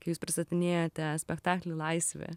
kai jūs pristatinėjote spektaklį laisvė